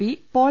P Paul